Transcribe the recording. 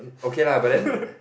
okay la but then